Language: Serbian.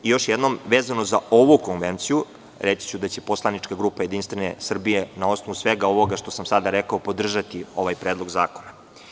Još jednom, vezano za ovu Konvenciju, reći ću da će poslanička grupa Jedinstvene Srbije, na osnovu svega ovoga što sam sada rekao, podržati ovaj predlog zakon.